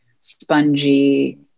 spongy